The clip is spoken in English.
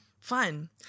Fun